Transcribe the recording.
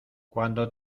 cuando